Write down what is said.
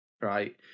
right